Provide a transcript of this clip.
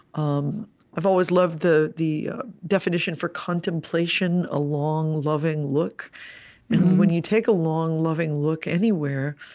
um i've always loved the the definition for contemplation a long, loving look. and when you take a long, loving look anywhere,